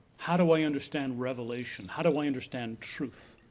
how do i understand revelation? how do i understand truth?